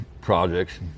projects